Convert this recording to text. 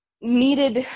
needed